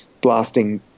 blasting